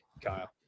kyle